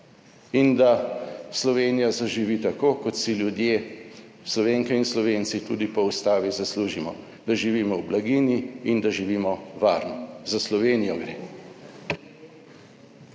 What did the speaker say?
in da Slovenija zaživi tako kot si ljudje, Slovenke in Slovenci tudi po Ustavi zaslužimo, da živimo v blaginji, in da živimo varno. Za Slovenijo gre.